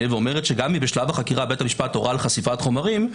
ואומרת שגם אם בשלב החקירה בית המשפט הורה על חשיפת חומרים,